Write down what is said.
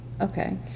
okay